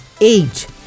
age